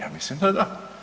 Ja mislim da da.